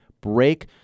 break